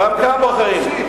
גם כאן בוחרים.